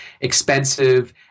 expensive